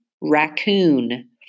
raccoon